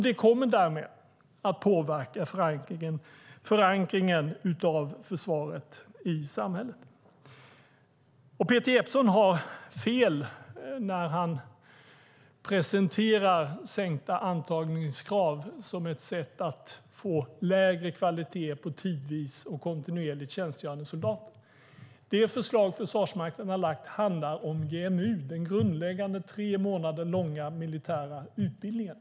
Det kommer därmed att påverka försvarets förankring i samhället. Peter Jeppsson har fel när han presenterar sänkta antagningskrav som ett sätt att få lägre kvalitet på tidvis och kontinuerligt tjänstgörande soldater. Det förslag som Försvarsmakten har lagt fram handlar om GMU, den grundläggande tre månader långa militära utbildningen.